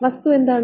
വസ്തു എന്താണ്